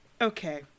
Okay